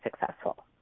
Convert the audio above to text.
successful